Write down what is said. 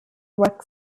wreck